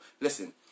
Listen